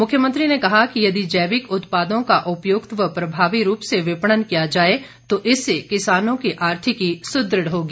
मुख्यमंत्री ने कहा कि यदि जैविक उत्पादों का उपयुक्त व प्रभावी रूप से विपणन किया जाए तो इससे किसानों की आर्थिकी सुदृढ़ होगी